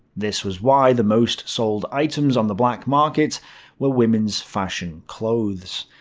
this was why the most sold items on the black market were women's fashion clothes.